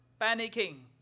panicking